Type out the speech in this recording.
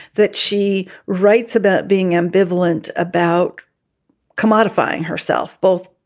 that she writes about being ambivalent, about commodifying herself. both,